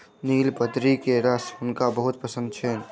नीलबदरी के रस हुनका बहुत पसंद छैन